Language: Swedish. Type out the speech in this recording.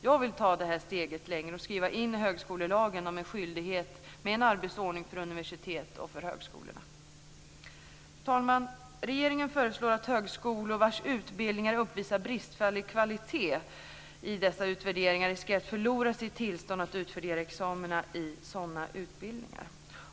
Jag vill gå steget längre och skriva in i högskolelagen om en skyldighet med en arbetsordning för universiteten och högskolorna. Fru talman! Regeringen föreslår att högskolor vars utbildningar uppvisar bristfällig kvalitet i utvärderingar riskerar att förlora sitt tillstånd att utfärda examina i sådana utbildningar.